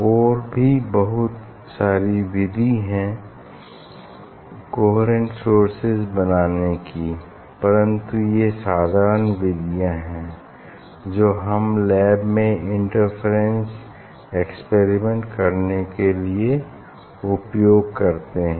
और भी बहुत सारी विधि हैं कोहेरेंट सोर्सेज बनाने की परन्तु ये साधारण विधियां हैं जो हम लैब में इंटरफेरेंस एक्सपेरिमेंट करने के लिए उपयोग करते हैं